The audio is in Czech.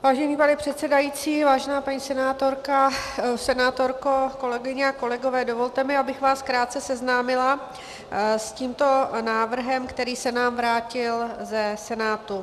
Vážený pane předsedající, vážená paní senátorko, kolegyně a kolegové, dovolte mi, abych vás krátce seznámila s tímto návrhem, který se nám vrátil ze Senátu.